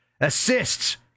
Assists